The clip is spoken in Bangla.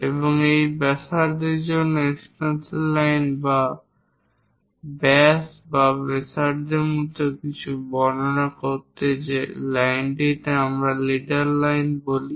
এবং এই ব্যাসার্ধের জন্য এক্সটেনশন লাইন ব্যাস বা ব্যাসার্ধের মতো কিছু বর্ণনা করতে যে লাইনটিকে আমরা লিডার লাইন বলি